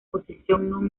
posición